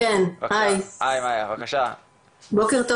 בוקר טוב